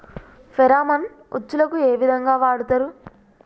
Pheromone ఉచ్చులకు ఏ విధంగా వాడుతరు?